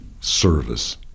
service